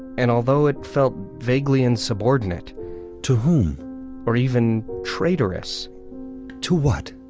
and although it felt vaguely insubordinate to whom or even traitorous to what,